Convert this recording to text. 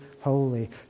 holy